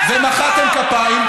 ומחאתם כפיים?